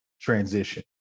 transition